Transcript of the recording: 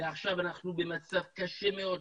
עכשיו אנחנו במצב קשה מאוד,